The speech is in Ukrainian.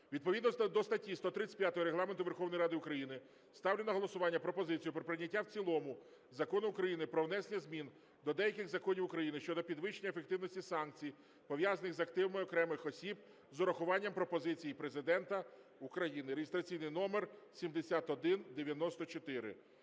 Відповідно до статті 135 Регламенту Верховної Ради України ставлю на голосування пропозицію про прийняття в цілому Закону України "Про внесення змін до деяких законів України щодо підвищення ефективності санкцій, пов'язаних з активами окремих осіб" з урахуванням пропозицій Президента України (реєстраційний номер 7194).